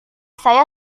saya